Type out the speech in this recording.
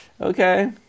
Okay